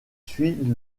suit